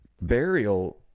Burial